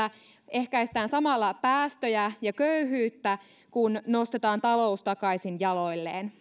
ehkäistään samalla päästöjä ja köyhyyttä kun talous nostetaan takaisin jaloilleen